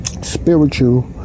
spiritual